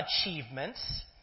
achievements